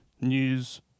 news